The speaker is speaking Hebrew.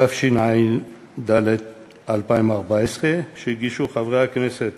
התשע"ד 2014, שהגישו חברי הכנסת